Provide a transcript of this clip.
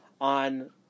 on